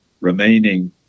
remaining